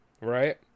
right